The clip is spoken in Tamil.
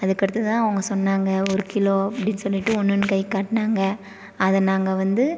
அதுக்கடுத்து தான் அவங்க சொன்னாங்க ஒரு கிலோ அப்படின்னு சொல்லிகிட்டு ஒன்னுன்னு கை காட்டுனாங்க அதை நாங்கள் வந்து